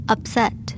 Upset